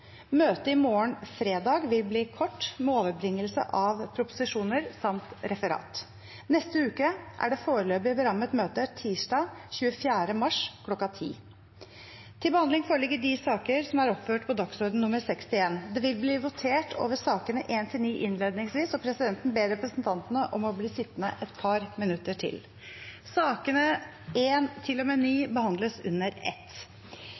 Møtet i morgen, fredag, vil bli kort, med overbringelse av proposisjoner samt referat. Neste uke er det foreløpig berammet møte tirsdag 24. mars kl.10.00. Det vil bli votert over sakene nr. 1–9 innledningsvis, og presidenten ber representantene om å bli sittende et par minutter til. Sakene nr. 1–9 behandles under ett.